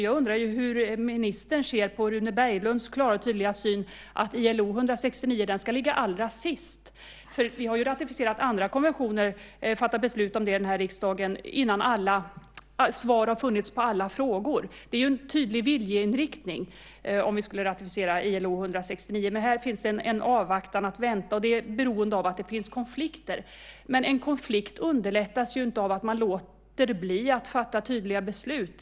Jag undrar hur ministern ser på Rune Berglunds klara och tydliga syn att ILO-konventionen 169 ska ligga allra sist. Vi har ju ratificerat andra konventioner här i riksdagen innan svar har funnits på alla frågor. Det är ju en tydlig viljeinriktning om vi skulle ratificera ILO-konventionen 169, men här finns det en avvaktan. Det beror på att det finns konflikter. Men en lösning på en konflikt underlättas inte av att man låter bli att fatta tydliga beslut.